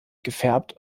gefärbt